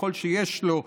ככל שיש לו,